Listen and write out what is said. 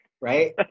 right